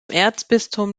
erzbistum